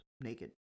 Naked